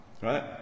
right